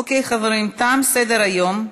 אוקיי, חברים, תם סדר-היום.